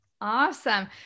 Awesome